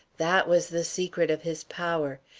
that was the secret of his power.